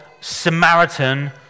Samaritan